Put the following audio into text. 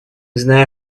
знаем